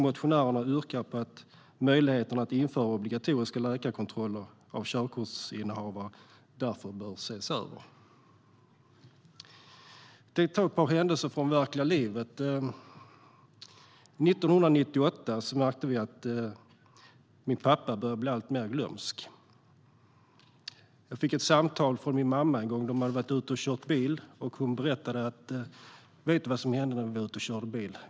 Motionärerna yrkar på att möjligheterna att införa obligatoriska läkarkontroller av körkortsinnehavare därför ses över. Jag tänkte ta upp ett par händelser från verkliga livet. 1998 märkte vi att min pappa började bli alltmer glömsk. Jag fick ett samtal från min mamma en gång. De hade varit ute och kört bil, och hon berättade: Vet du vad som hände när vi var ute och körde bil?